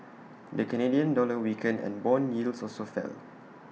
the Canadian dollar weakened and Bond yields also fell